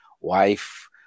wife